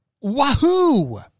Wahoo